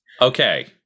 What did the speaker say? Okay